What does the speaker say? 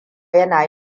yana